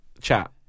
chat